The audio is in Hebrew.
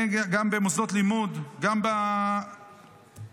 גם במוסדות לימוד, גם במעונות